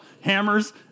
hammers